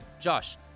Josh